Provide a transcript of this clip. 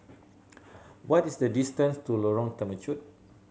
what is the distance to Lorong Temechut